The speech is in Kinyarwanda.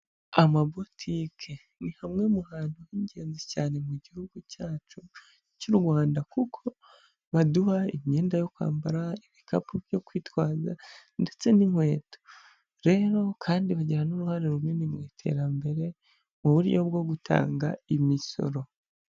Amabotiki ni hamwe mu hantu h'ingenzi cyane mu gihugu cyacu cy'u Rwanda, kuko baduha imyenda yo kwambara, ibikapu byo kwitwaza ndetse n'inkweto, rero kandi bagira n'uruhare runini mu iterambere mu buryo bwo gutanga imisoro.